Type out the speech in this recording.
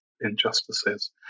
injustices